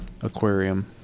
Aquarium